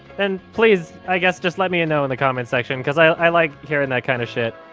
then please, i guess just let me and know in the comment section, because i like hearing that kind of shit,